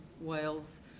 Wales